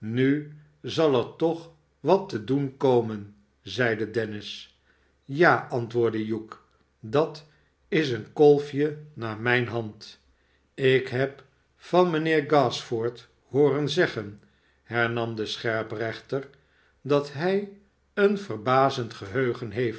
nu zal er toch wat tedoen komen zeide dennis sja antwoordde hugh dat is een kolfje naar mijne hand ik heb van mijnheer gashford hooren zeggen hernam de scherprechter a dat hij een verbazend